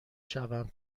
شوم